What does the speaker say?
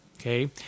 okay